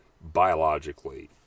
biologically